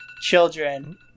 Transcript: children